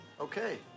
Okay